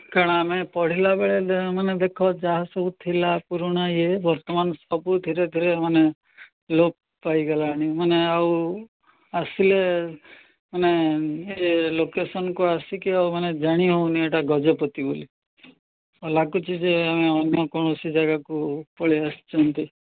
କାରଣା ଆମେ ପଢ଼ିଲା ବେଳେ ମାନେ ଦେଖ ଯାହା ସବୁ ଥିଲା ପୁରୁଣା ଇଏ ବର୍ତ୍ତମାନ ସବୁ ଧୀରେ ଧୀରେ ମାନେ ଲୋପ ପାଇଗଲାଣି ମାନେ ଆଉ ଆସିଲେ ମାନେ ଇଏ ଲୋକେସନ୍କୁ ଆସିକି ଆଉ ମାନେ ଜାଣି ହେଉନି ଏଇଟା ଗଜପତି ବୋଲି ଲାଗୁଛି ଯେ ଆମେ ଅନ୍ୟ କୌଣସି ଜାଗାକୁ ପଳେଇ ଆସିଛନ୍ତି